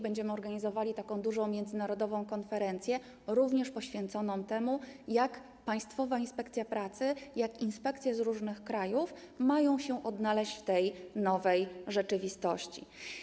Będziemy organizowali dużą międzynarodową konferencję również poświęconą temu, jak Państwowa Inspekcja Pracy, jak inspekcje z różnych krajów mają się odnaleźć w nowej rzeczywistości.